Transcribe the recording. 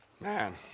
man